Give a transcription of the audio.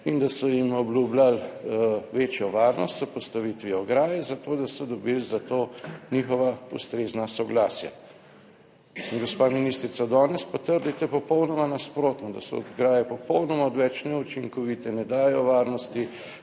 in da so jim obljubljali večjo varnost s postavitvijo ograje, zato, da so dobili za to njihova ustrezna soglasja. In gospa ministrica, danes pa trdite popolnoma nasprotno, da so ograje popolnoma odveč in neučinkovite, ne dajejo varnosti.